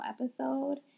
episode